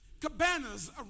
Cabanas